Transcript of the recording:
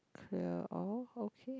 clear all okay